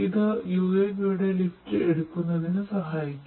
ഇത് UAV യെ lift എടുക്കുന്നതിനു സഹായിക്കും